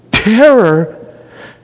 Terror